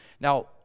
Now